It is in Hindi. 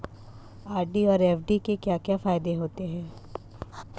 आर.डी और एफ.डी के क्या क्या फायदे होते हैं?